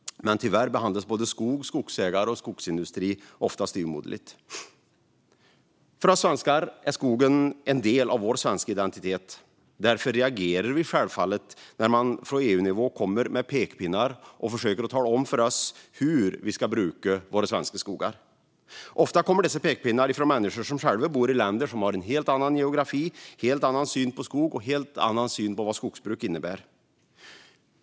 Men tyvärr behandlas både skog, skogsägare och skogsindustri ofta styvmoderligt. För oss svenskar är skogen en del av vår svenska identitet. Därför reagerar vi självfallet när man från EU-nivå kommer med pekpinnar och försöker tala om för oss hur vi ska bruka våra svenska skogar. Ofta kommer dessa pekpinnar från människor som själva bor i länder där man har helt annan geografi, helt annan syn på skog och på vad skogsbruk innebär.